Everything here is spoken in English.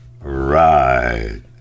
Right